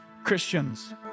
Christians